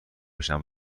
سفارشم